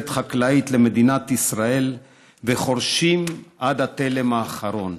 חקלאית למדינת ישראל וחורשים עד התלם האחרון,